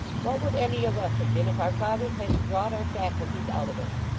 what would any of us have been, if our fathers hadn't drawed our faculties out of us?